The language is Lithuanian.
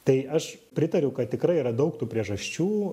tai aš pritariu kad tikrai yra daug tų priežasčių